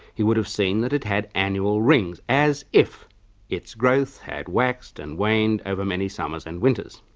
he would have seen that it had annual rings, as if its growth had waxed and waned over many summers and winters.